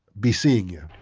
be seeing you.